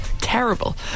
terrible